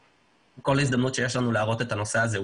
כל הזדמנות שיש לנו להראות את הנושא הזה,